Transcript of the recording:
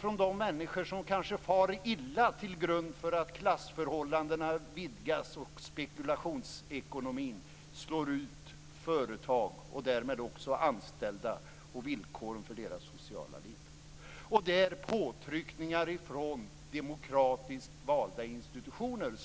från de människor som kanske far illa på grund av att klasssförhållandena vidgas och spekulationsekonomin slår ut företag och därmed också de anställa och villkoren för deras sociala liv. Och det handlar om påtryckningar från demokratiskt valda institutioner.